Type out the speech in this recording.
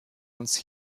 uns